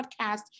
podcast